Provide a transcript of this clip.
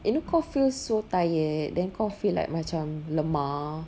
you know kau feel so tired then kau feel like macam lemah